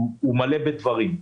הוא מלא בדברים.